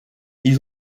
ils